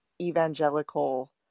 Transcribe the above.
evangelical